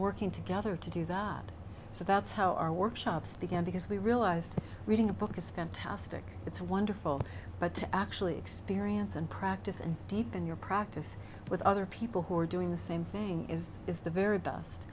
working together to do that so that's how our workshops began because we realized reading a book is fantastic it's wonderful but to actually experience and practice and deepen your practice with other people who are doing the same thing is that is the very best